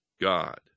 God